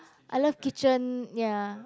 I love kitchen ya